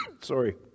sorry